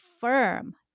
firm